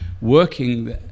working